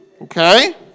okay